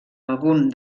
algun